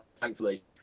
thankfully